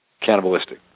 Cannibalistic